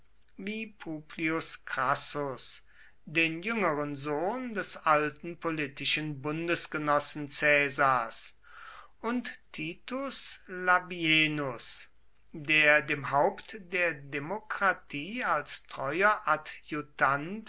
publius crassus den jüngeren sohn des alten politischen bundesgenossen caesars und titus labienus der dem haupt der demokratie als treuer adjutant